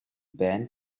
band